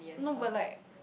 not but like